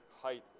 height